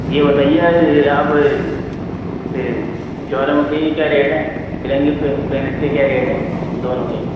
یہ بتائیے اب جوالا مکھی کے کیا ریٹ ہیں فرنگی پینس کے کیا ریٹ ہیں دونوں کے